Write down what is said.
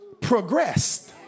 progressed